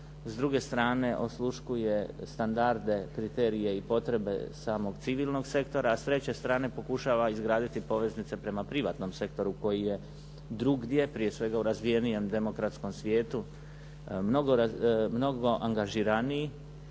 s druge strane osluškuje standarde, kriterije i potrebe samog civilnog sektora a s treće strane pokušava izgraditi poveznice prema privatnom sektoru koji je drugdje prije svega u razvijenijem demokratskom svijetu mnogo angažiraniji